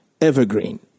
Evergreen